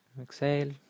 exhale